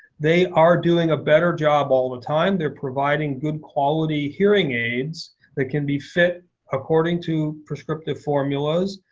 they are doing a better job all the time. they're providing good quality hearing aids that can be fit according to prescriptive formulas.